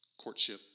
courtship